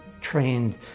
trained